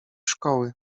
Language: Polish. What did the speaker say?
szkoły